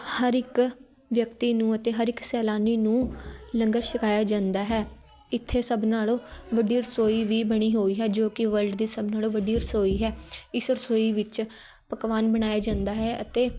ਹਰ ਇੱਕ ਵਿਅਕਤੀ ਨੂੰ ਅਤੇ ਹਰ ਇੱਕ ਸੈਲਾਨੀ ਨੂੰ ਲੰਗਰ ਛਕਾਇਆ ਜਾਂਦਾ ਹੈ ਇੱਥੇ ਸਭ ਨਾਲੋਂ ਵੱਡੀ ਰਸੋਈ ਵੀ ਬਣੀ ਹੋਈ ਹੈ ਜੋ ਕਿ ਵਰਲਡ ਦੀ ਸਭ ਨਾਲੋਂ ਵੱਡੀ ਰਸੋਈ ਹੈ ਇਸ ਰਸੋਈ ਵਿੱਚ ਪਕਵਾਨ ਬਣਾਏ ਜਾਂਦਾ ਹੈ ਅਤੇ